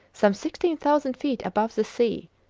some sixteen thousand feet above the sea,